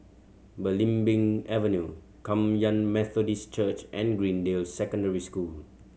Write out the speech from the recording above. Belimbing Avenue Kum Yan Methodist Church and Greendale Secondary School